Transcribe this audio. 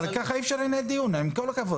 ככה אי אפשר לנהל דיון, עם כל הכבוד.